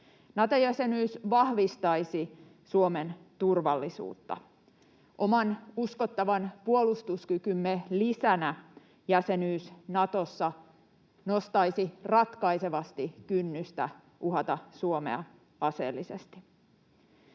Nato-jäsenyys vahvistaisi Suomen turvallisuutta. Oman uskottavan puolustuskykymme lisänä jäsenyys Natossa nostaisi ratkaisevasti kynnystä uhata Suomea aseellisesti.